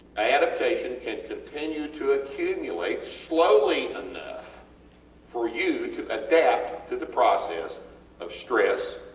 ah adaptation can continue to accumulate slowly enough for you to adapt to the process of stress,